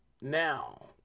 Now